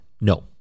no